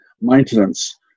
maintenance